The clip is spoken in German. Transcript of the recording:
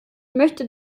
möchte